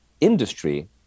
Industry